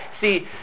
See